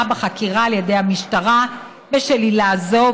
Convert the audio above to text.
בחקירה על ידי המשטרה בשל עילה זו,